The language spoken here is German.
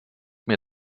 mir